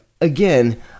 again